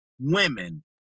Women